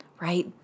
right